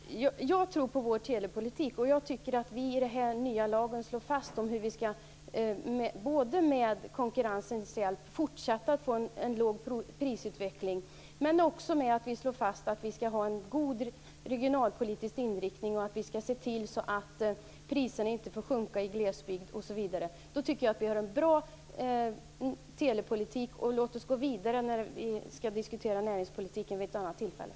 Herr talman! Jag tror på vår telepolitik. Jag tycker att vi i den nya lagen slår fast hur vi med konkurrensens hjälp skall fortsätta att få en låg prisutveckling. Vi slår också fast att vi skall ha en god regionalpolitisk inriktning och att priserna inte får öka i glesbygd. Jag tycker att vi har en bra telepolitik. Låt oss gå vidare och diskutera näringspolitiken vid ett annat tillfälle!